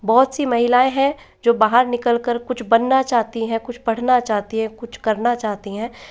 बहुत सी महिलाएँ हैं जो बाहर निकलकर कुछ बनना चाहती हैं कुछ पढ़ना चाहती हैं कुछ करना चाहती हैं